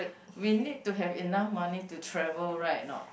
we need to have enough money to travel right not